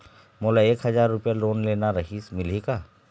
मोला एक हजार रुपया लोन लेना रीहिस, मिलही का?